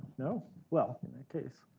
no, well in that case,